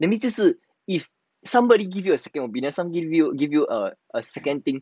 that means 就是 if somebody give you a second opinion somebody give you a a second thing